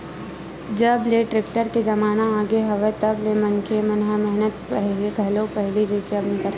जब ले टेक्टर के जमाना आगे हवय तब ले मनखे मन ह मेहनत घलो पहिली जइसे अब नइ करय